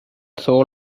soul